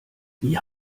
wie